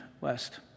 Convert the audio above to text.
west